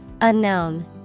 Unknown